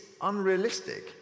unrealistic